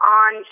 on